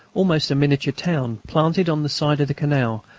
almost a miniature town, planted on the side of the canal,